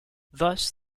thus